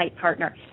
partner